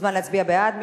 מוזמן להצביע בעד,